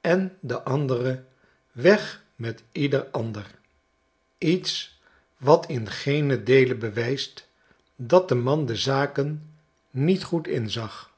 en de andere weg met ieder anderl lets wat in geenen deelebewijst dat de man de zaken niet goed inzag